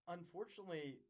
Unfortunately